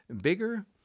bigger